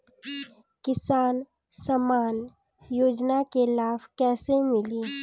किसान सम्मान योजना के लाभ कैसे मिली?